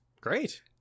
Great